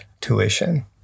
tuition